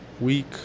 week